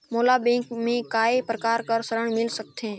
मोला बैंक से काय प्रकार कर ऋण मिल सकथे?